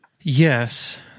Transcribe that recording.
yes